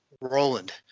Roland